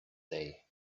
day